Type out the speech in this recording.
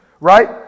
Right